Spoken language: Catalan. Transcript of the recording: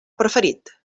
preferit